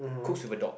cooks with a dog